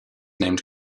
named